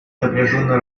напряженно